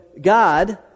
God